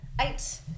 eight